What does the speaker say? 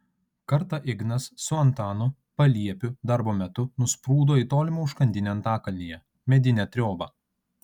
kartą ignas su antanu paliepiu darbo metu nusprūdo į tolimą užkandinę antakalnyje medinę triobą